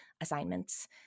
assignments